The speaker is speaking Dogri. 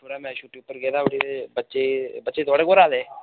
ते थोह्ड़ा मैं छुट्टी पर गेदा हा उठी ते बच्चे थुआडे़ कोल आए दे